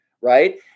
Right